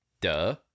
Duh